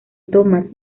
thomas